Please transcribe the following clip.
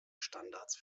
standards